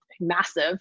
massive